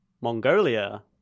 Mongolia